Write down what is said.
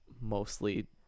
mostly